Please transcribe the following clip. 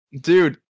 dude